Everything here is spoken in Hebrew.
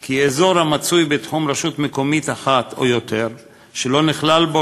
כי אזור המצוי בתחום רשות מקומית אחת או יותר שלא נכלל בו